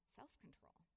self-control